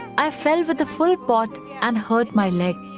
i fell with a full pot and hurt my leg.